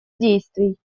действий